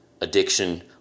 addiction